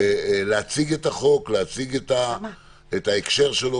להציג את החוק ואת ההקשר שלו